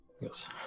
Yes